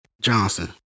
Johnson